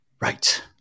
right